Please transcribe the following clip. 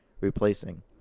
replacing